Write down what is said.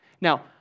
Now